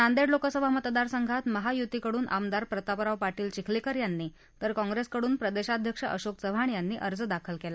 नांदेड लोकसभा मतदार संघात महायुतीकडून आमदार प्रतापराव पाटील चिखलीकर यांनी तर काँग्रेसकडून प्रदेशाध्यक्ष अशोक चव्हाण यांनी अर्ज दाखल केला